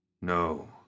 No